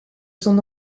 son